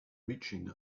reaching